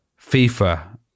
FIFA